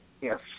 Yes